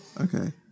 Okay